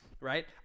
right